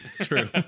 True